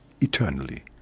eternally